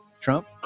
Trump